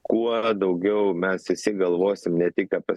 kuo daugiau mes visi galvosim ne tik apie